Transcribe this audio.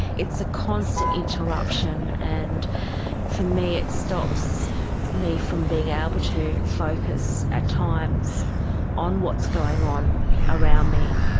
it's a constant interruption. and for me it stops me from being able to focus at times on what's going on around me.